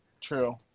True